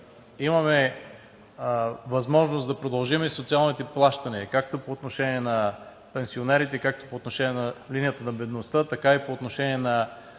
имаме възможност да продължим и социалните плащания както по отношение на пенсионерите, както по отношение линията на бедността, така и по отношение на